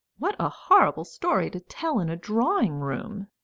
what a horrible story to tell in a drawing-room!